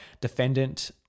Defendant